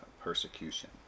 persecution